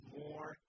more